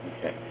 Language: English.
Okay